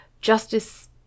justice